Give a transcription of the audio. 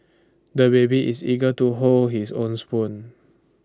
the baby is eager to hold his own spoon